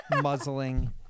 muzzling